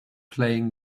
playing